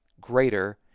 greater